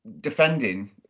defending